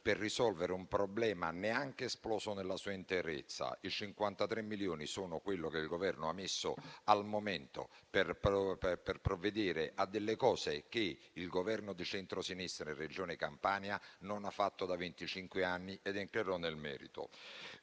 per risolvere un problema neanche esploso nella sua interezza. I 53 milioni sono quello che il Governo ha stanziato al momento per provvedere a delle cose che il Governo di centrosinistra in Regione Campania non ha fatto da venticinque anni; ed entrerò nel merito.